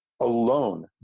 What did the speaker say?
alone